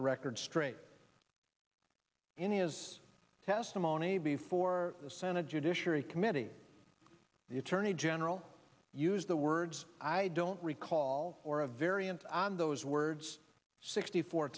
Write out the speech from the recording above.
the record straight anya's testimony before the senate judiciary committee the attorney general used the words i don't recall or a variant on those words sixty four